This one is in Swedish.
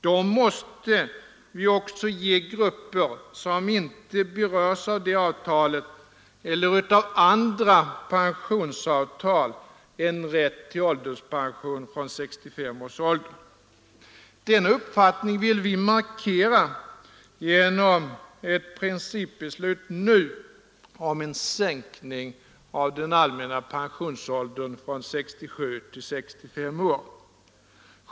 Då måste vi också ge grupper som inte berörs av det avtalet eller av andra pensionsavtal en rätt till ålderspension från 65 års ålder. Denna uppfattning vill vi markera genom ett principbeslut nu om en sänkning av den allmänna pensionsåldern från 67 till 65 år.